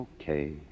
okay